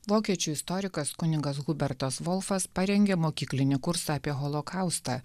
vokiečių istorikas kunigas hubertas volfas parengė mokyklinį kursą apie holokaustą